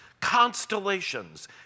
constellations